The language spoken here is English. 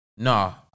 No